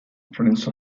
prince